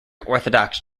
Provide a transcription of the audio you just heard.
orthodox